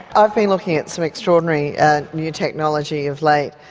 i've been looking at some extraordinary new technology of late,